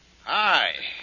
Hi